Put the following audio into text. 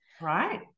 Right